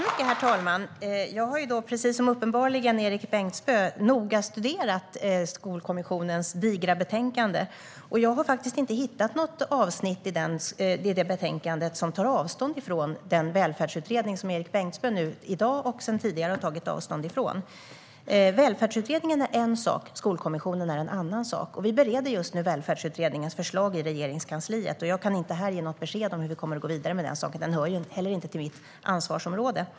Herr talman! Jag har, precis som uppenbarligen Erik Bengtzboe, noga studerat Skolkommissionens digra betänkande. Jag har faktiskt inte hittat något avsnitt i det betänkandet som tar avstånd från den välfärdsutredning som Erik Bengtzboe både i dag och tidigare har tagit avstånd från. Välfärdsutredningen är en sak; Skolkommissionen är en annan. Vi bereder just nu Välfärdsutredningens förslag i Regeringskansliet. Jag kan inte här ge något besked om hur vi kommer att gå vidare med den saken. Den hör heller inte till mitt ansvarsområde.